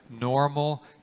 normal